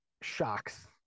shocks